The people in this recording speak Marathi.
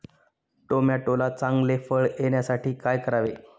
टोमॅटोला चांगले फळ येण्यासाठी काय करावे?